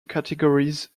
categories